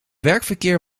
werkverkeer